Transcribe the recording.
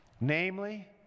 namely